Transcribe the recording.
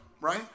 right